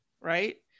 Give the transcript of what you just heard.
right